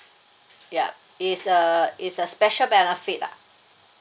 ya is a is a special benefit lah